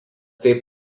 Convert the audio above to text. taip